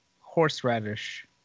horseradish